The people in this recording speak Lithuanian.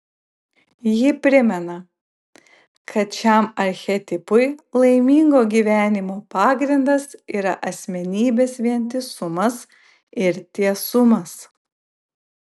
ji primena kad šiam archetipui laimingo gyvenimo pagrindas yra asmenybės vientisumas ir tiesumas